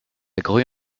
grue